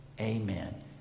Amen